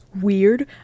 weird